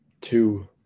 two